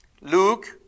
Luke